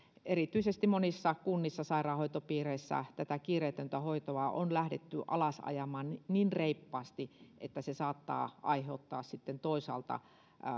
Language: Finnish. erityisesti monissa kunnissa sairaanhoitopiireissä tätä kiireetöntä hoitoa on lähdetty alasajamaan niin niin reippaasti että se saattaa aiheuttaa sitten toisaalta